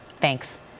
Thanks